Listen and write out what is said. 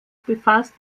befasst